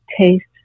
taste